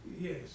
Yes